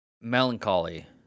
melancholy